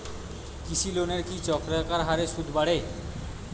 কৃষি লোনের কি চক্রাকার হারে সুদ বাড়ে?